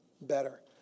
better